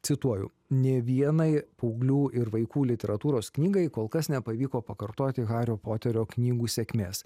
cituoju nė vienai paauglių ir vaikų literatūros knygai kol kas nepavyko pakartoti hario poterio knygų sėkmės